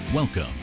Welcome